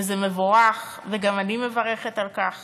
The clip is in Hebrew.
וזה מבורך, וגם אני מברכת על כך